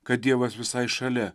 kad dievas visai šalia